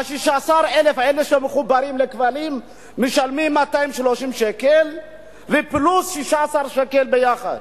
ה-16,000 האלה שמחוברים לכבלים משלמים 230 שקל ופלוס 16 שקל ביחד.